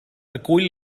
acull